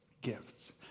gifts